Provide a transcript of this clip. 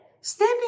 step